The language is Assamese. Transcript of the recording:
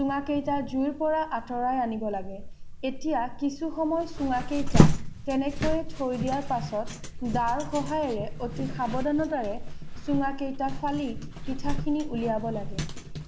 চুঙাকেইটা জুইৰ পৰা আঁতৰাই আনিব লাগে এতিয়া কিছু সময় চুঙাকেইটা তেনেকৈয়ে থৈ দিয়াৰ পাছত দাৰ সহায়েৰে অতি সাৱধানতাৰে চুঙাকেইটা ফালি পিঠাখিনি উলিয়াব লাগে